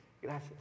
Gracias